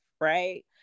right